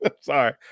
Sorry